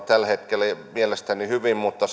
tällä hetkellä mielestäni hyvin mutta